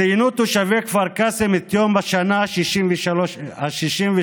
ציינו תושבי כפר קאסם את יום השנה ה-63 לטבח,